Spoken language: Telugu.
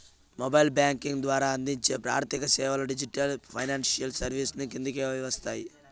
మొబైల్ బ్యాంకింగ్ ద్వారా అందించే ఆర్థిక సేవలు డిజిటల్ ఫైనాన్షియల్ సర్వీసెస్ కిందకే వస్తాయి